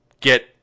get